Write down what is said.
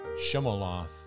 Shemaloth